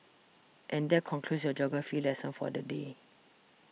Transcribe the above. and that concludes your geography lesson for the day